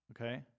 Okay